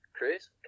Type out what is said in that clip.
Chris